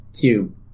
cube